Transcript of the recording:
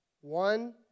One